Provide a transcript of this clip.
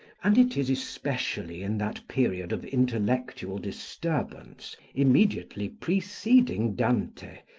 and it is especially in that period of intellectual disturbance, immediately preceding dante,